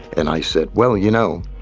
and i said, well, you know,